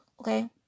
okay